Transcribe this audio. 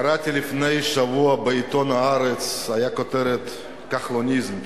קראתי לפני שבוע בעיתון "הארץ" את הכותרת: "כחלוניזם".